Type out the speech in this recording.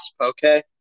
okay